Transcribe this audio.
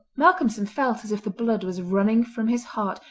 malcolmson felt as if the blood was running from his heart,